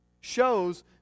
shows